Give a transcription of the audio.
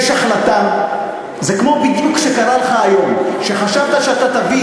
זה בדיוק כמו שקרה לך היום שחשבת שתביא